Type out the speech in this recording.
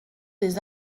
des